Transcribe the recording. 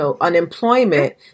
unemployment